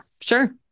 sure